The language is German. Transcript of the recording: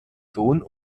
sohn